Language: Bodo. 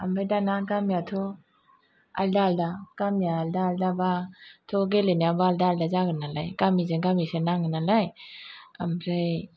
ओमफाय दाना गामियाथ' आलदा आलदा गामिया आलदा आलदाबाथ' गेलेनायाबो आलदा आलदा जागोन नालाय गामिजों गामिसो नाङो नालाय ओमफ्राय